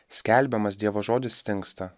skelbiamas dievo žodis stingsta